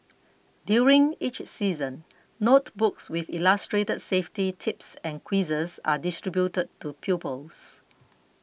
during each season notebooks with illustrated safety tips and quizzes are distributed to pupils